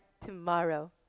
tomorrow